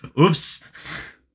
Oops